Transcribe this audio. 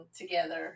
together